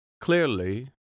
Clearly